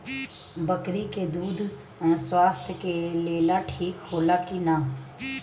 बकरी के दूध स्वास्थ्य के लेल ठीक होला कि ना?